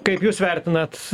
kaip jūs vertinat